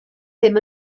ddim